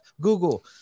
Google